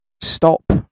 stop